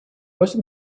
носит